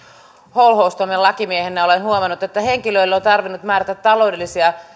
holhoustoimen lakimiehenä olen huomannut että henkilöille on on tarvinnut määrätä taloudellisia